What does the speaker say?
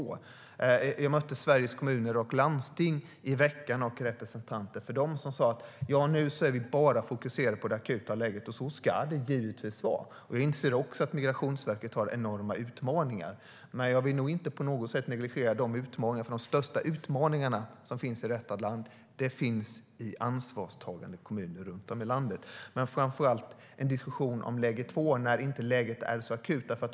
Jag mötte representanter för Sveriges Kommuner och Landsting i veckan som sa att de nu är fokuserade bara på det akuta läget. Så ska det givetvis vara. Jag inser också att Migrationsverket har enorma utmaningar, och jag vill inte på något sätt negligera dessa utmaningar. Men de största utmaningarna finns i ansvarstagande kommuner runt om i landet. När läget inte längre är så akut behöver vi en diskussion om läge två.